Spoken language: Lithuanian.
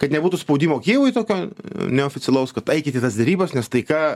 kad nebūtų spaudimo kijevui tokio neoficialaus kad eikit į tas derybas nes taika